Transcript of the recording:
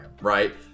right